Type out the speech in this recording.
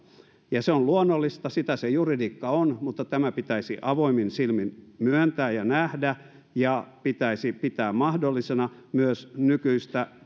ja se on luonnollista sitä se juridiikka on mutta tämä pitäisi avoimin silmin myöntää ja nähdä ja pitäisi pitää mahdollisena myös nykyistä